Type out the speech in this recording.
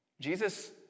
Jesus